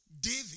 David